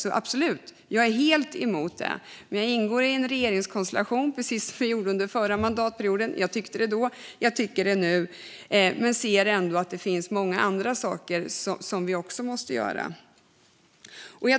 Jag är absolut helt emot detta, men jag ingår i en regeringskonstellation - precis som vi gjorde under förra mandatperioden. Jag tyckte det då, och jag tycker det nu. Men jag ser ändå att det finns många andra saker som vi också måste göra.